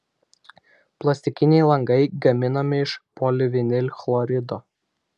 plastikiniai langai gaminami iš polivinilchlorido